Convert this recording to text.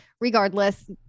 Regardless